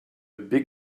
big